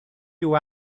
you